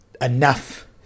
enough